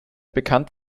bekannt